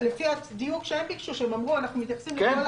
לפני הדיון שאלתי כשהם אמרו: אנחנו מתייחסים לכל